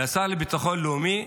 והשר לביטחון לאומי?